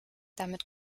damit